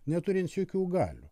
neturintis jokių galių